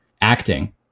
acting